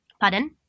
Pardon